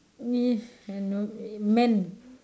I know men